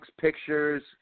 pictures